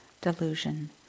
delusion